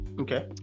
okay